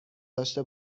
داشته